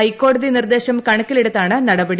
ഹൈക്കോടതി നിർദ്ദേശം കണക്കിലെടുത്താണ് നടപടി